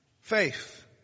faith